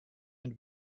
ein